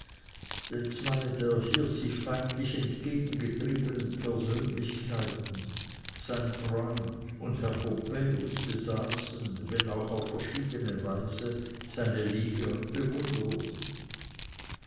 denn zwei der hier sich feindlich entgegengetriebenen persönlichkeiten sein freund und herr pompejus besaßen wenn auch auf verschiedene weise seine liebe und bewunderung